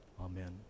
Amen